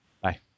Bye